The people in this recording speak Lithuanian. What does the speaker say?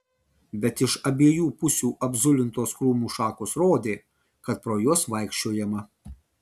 bet iš abiejų pusių apzulintos krūmų šakos rodė kad pro juos vaikščiojama